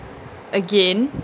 again